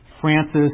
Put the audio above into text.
Francis